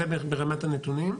זה ברמת הנתונים,